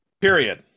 period